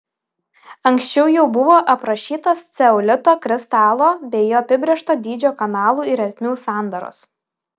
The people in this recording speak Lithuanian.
anksčiau jau buvo aprašytos ceolito kristalo bei jo apibrėžto dydžio kanalų ir ertmių sandaros